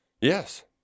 Yes